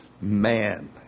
man